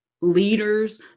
leaders